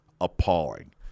appalling